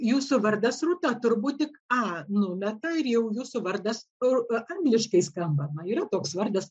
jūsų vardas rūta turbūt tik a numeta ir jau jūsų vardas ir angliškai skamba na yra toks vardas